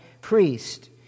priest